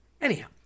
Anyhow